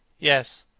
yes.